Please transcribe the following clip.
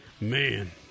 Man